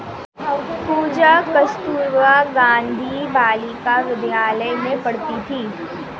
पूजा कस्तूरबा गांधी बालिका विद्यालय में पढ़ती थी